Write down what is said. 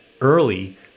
early